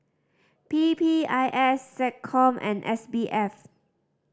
P P I S SecCom and S B F